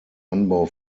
anbau